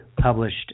published